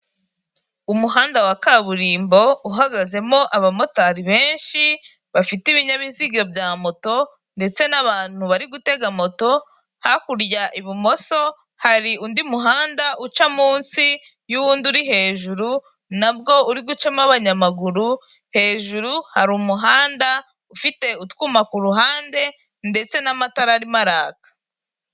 Umuhanda wa kaburimbo uhagazemo abamotari benshi bafite ibinyabiziga bya mota ndetsa n'abantu bari gutega moto hakurya ibumoso hari undi muhanda uca munsi y'uwundi uri hejuru nabwo uri gucamo abanyamaguru hejuru hari umuhanda ufite utwuma kuruhande ndetse n'amatara arimo araka.